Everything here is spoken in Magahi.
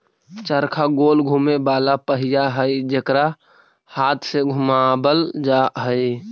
चरखा गोल घुमें वाला पहिया हई जेकरा हाथ से घुमावल जा हई